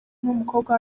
n’umukobwa